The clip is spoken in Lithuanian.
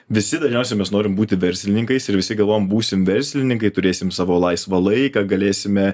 visi dažniausiai mes norim būti verslininkais ir visi galvojam būsim verslininkai turėsim savo laisvą laiką galėsime